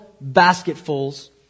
basketfuls